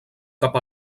cap